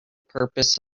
purpose